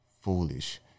foolish